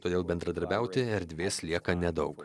todėl bendradarbiauti erdvės lieka nedaug